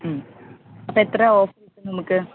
അപ്പോൾ എത്ര ഓഫർ കിട്ടും നമുക്ക്